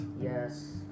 Yes